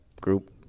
group